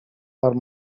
are